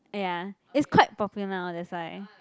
eh ya it's quite popular now that's why